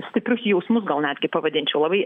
stiprius jausmus gal netgi pavadinčiau labai